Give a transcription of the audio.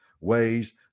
ways